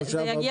תודה